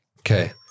Okay